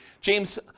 James